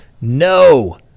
No